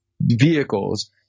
vehicles